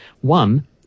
One